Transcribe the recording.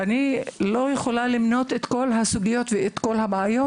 אני לא יכולה למנות את כל הסוגיות והבעיות,